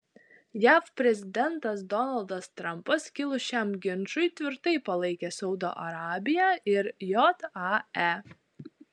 jav prezidentas donaldas trampas kilus šiam ginčui tvirtai palaikė saudo arabiją ir jae